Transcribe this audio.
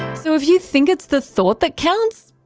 so if you think it's the thought that counts,